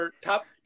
top